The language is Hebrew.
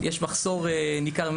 יש מחסור ניכר,